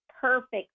perfect